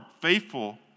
faithful